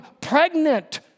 pregnant